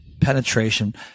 penetration